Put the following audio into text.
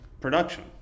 production